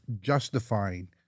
justifying